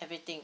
everything